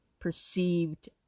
perceived